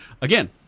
again